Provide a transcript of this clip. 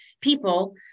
people